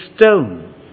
stone